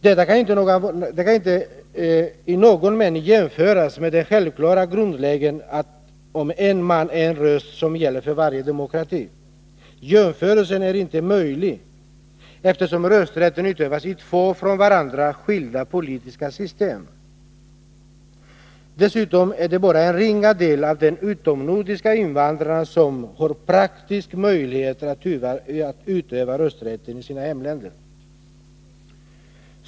Detta kan inte i någon mening jämföras med den självklara grundregeln om en man-en röst som gäller för varje demokrati. Jämförelsen är inte möjlig, eftersom rösträtten utövas i två från varandra skilda politiska system. Dessutom är det bara en ringa del av de utomnordiska invandrarna som har praktisk möjlighet att utöva rösträtten i sina hemländer.